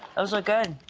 those look good.